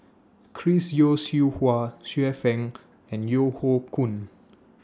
Chris Yeo Siew Hua Xiu Fang and Yeo Hoe Koon